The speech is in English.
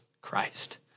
Christ